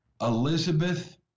Elizabeth